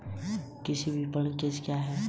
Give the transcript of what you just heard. कृषि विपणन में क्या समस्याएँ हैं?